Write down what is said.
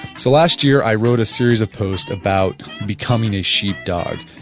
so last year i wrote a series of posts about becoming a sheepdog.